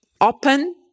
open